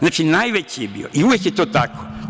Znači, najveći je bio i uvek je to tako.